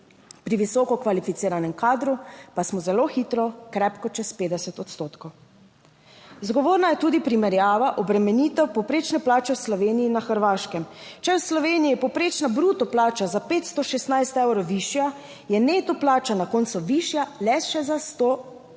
Pri visoko kvalificiranem kadru pa smo zelo hitro krepko čez 50 odstotkov. Zgovorna je tudi primerjava obremenitev povprečne plače v Sloveniji in na Hrvaškem. Če je v Sloveniji povprečna bruto plača za 516 evrov višja, je neto plača na koncu višja le še za 171 evrov.